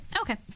Okay